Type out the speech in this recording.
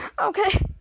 Okay